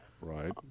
Right